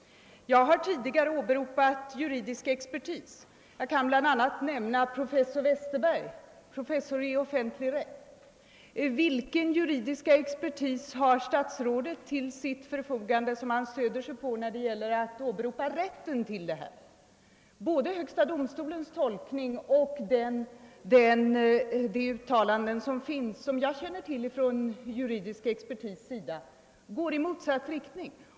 Jag har tidigare åberopat juridisk expertis. Jag kan bl a. nämna professor Westerberg — professor i offentlig rätt. På vilken juridisk expertis stöder sig herr statsrådet när det gäller den här åberopade rätten till fonden? Både högsta domstolens tolkning och de uttalanden av juridisk expertis som jag känner till går i motsatt riktning.